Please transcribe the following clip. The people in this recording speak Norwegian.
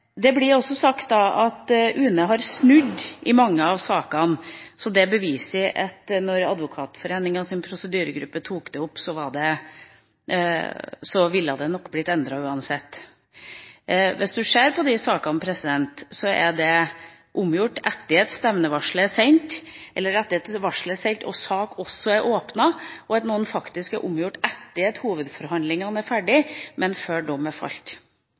Det blir også sagt at UNE har snudd i mange av sakene, og at det beviser at da Advokatforeningens prosedyregruppe tok det opp, ville det nok blitt endret uansett. Hvis man ser på de sakene, er de omgjort etter at stevningsvarselet ble sendt og at en sak er åpnet, og noen er faktisk omgjort etter at hovedforhandlingene er ferdig, men før dom er falt.